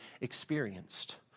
experienced